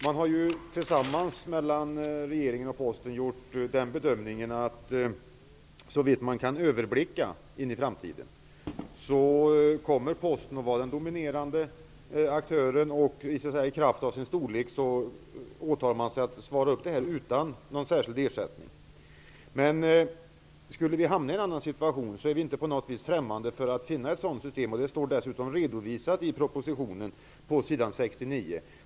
Regeringen och Posten har tillsammans gjort den bedömningen att såvitt man kan överblicka in i framtiden, kommer Posten att vara den dominerande aktören och i kraft av sin storlek ta ansvar för det utan någon särskild ersättning. Skulle vi hamna i en annan situation, är vi inte på något sätt främmande för att försöka finna ett annat system. Detta finns faktiskt redovisat i propositionen på s. 69.